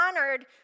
honored